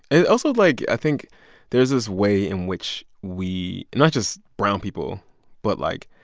and also, like, i think there's this way in which we not just brown people but, like,